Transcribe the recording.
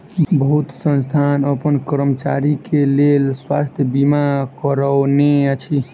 बहुत संस्थान अपन कर्मचारी के लेल स्वास्थ बीमा करौने अछि